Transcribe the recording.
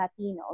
Latinos